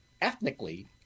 ethnically